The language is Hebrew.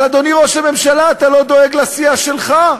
אבל, אדוני ראש הממשלה, אתה לא דואג לסיעה שלך,